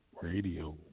Radio